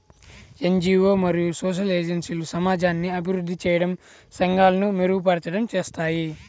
NGO మరియు social ఏజెన్సీలు సమాజాన్ని అభివృద్ధి చేయడం, సంఘాలను మెరుగుపరచడం చేస్తాయి